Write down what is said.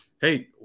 hey